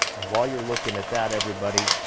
and while you're lookin' at that, everybody,